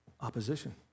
opposition